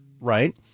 right